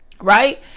Right